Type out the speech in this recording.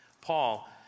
Paul